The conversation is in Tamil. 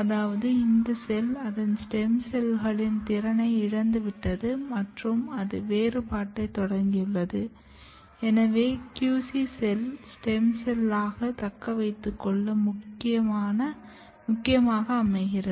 அதாவது இந்த செல் அதன் ஸ்டெம் செல்களின் திறனை இழந்துவிட்டது மற்றும் அது வேறுபாட்டைத் தொடங்கியுள்ளது எனவே QC செல்கள் ஸ்டெம் செல்லாக தக்கவைத்துக்கொள்ள முக்கியமாக அமைகிறது